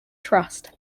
trust